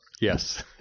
Yes